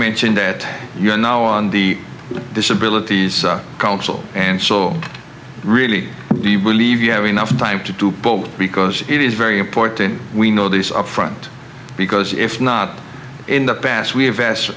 mentioned that you're now on the disability council and so really do you believe you have enough time to do both because it is very important we know these upfront because if not in the past we